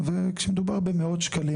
וכשמדובר במאות שקלים,